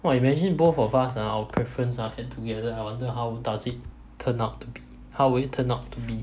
!wah! you imagine both of us ah our preference ah add together I wonder how does it turn out to be how will it turn out to be